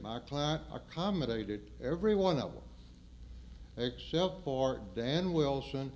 my client accommodated everyone else except for dan wilson